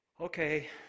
okay